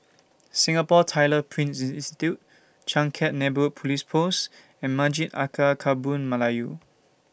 Singapore Tyler Print Institute Changkat Neighbourhood Police Post and Masjid Alkaff Kampung Melayu